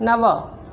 नव